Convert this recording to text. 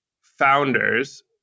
founders